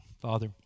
Father